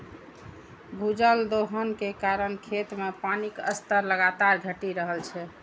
भूजल दोहन के कारण खेत मे पानिक स्तर लगातार घटि रहल छै